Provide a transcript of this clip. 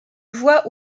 voies